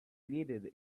needed